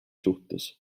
suhtes